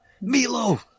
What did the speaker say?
Milo